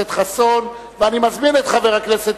אני מזמין את חבר הכנסת